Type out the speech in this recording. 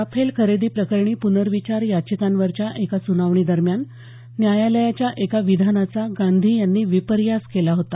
Rafale खरेदी प्रकरणी पुनर्विचार याचिकांवरच्या एका सुनावणीदरम्यान न्यायालयाच्या एका विधानाचा गांधी यांनी विपर्यास केला होता